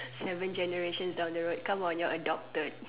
seven generations down the road come on you're adopted